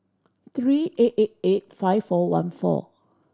three eight eight eight five four one four